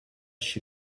she